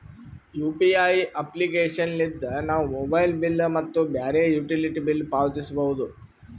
UPI application ಲಿದ್ದ ನಾವು mobile bill ಮತ್ತು ಬ್ಯಾರೆ ಯುಟಿಲಿಟಿ ಬಿಲ್ ಪಾವತಿಸಬೋದು